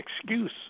excuse